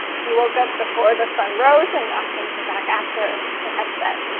he woke up before the sun rose and often came back after it had set.